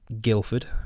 Guildford